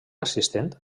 assistent